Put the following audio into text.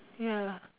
ya